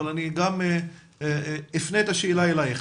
אבל אני גם אפנה את השאלה אליך.